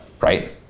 right